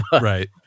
Right